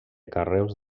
carreus